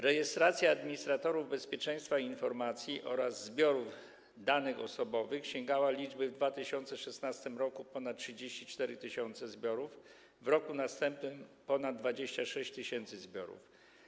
Rejestracja administratorów bezpieczeństwa i informacji oraz zbiorów danych osobowych obejmowała w 2016 r. ponad 34 tys. zbiorów, w roku następnym - ponad 26 tys. zbiorów.